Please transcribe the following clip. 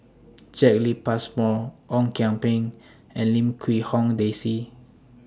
Jacki Passmore Ong Kian Peng and Lim Quee Hong Daisy